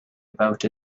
about